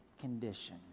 condition